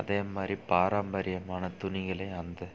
அதேமாதிரி பாரம்பரியமான துணிகளை அந்த